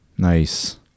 Nice